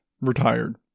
retired